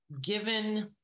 given